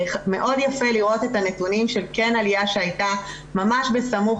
מאוד יפה לראות את הנתונים של כן עלייה שהייתה ממש בסמוך